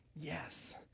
Yes